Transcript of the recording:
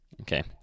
Okay